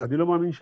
אני לא מאמין שאחת.